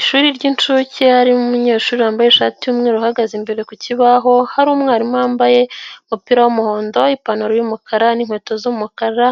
Ishuri ry'incuke harimo umunyeshuri wambaye ishati y'umweru uhagaze imbere ku kibaho hari umwarimu wambaye umupira w'umuhondo, ipantaro yumukara, n'inkweto z'umukara